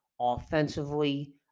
offensively